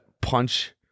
punch